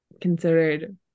considered